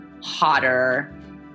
hotter